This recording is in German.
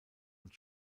und